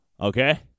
Okay